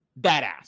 badass